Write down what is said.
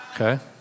okay